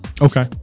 okay